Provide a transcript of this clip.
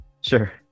Sure